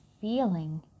feeling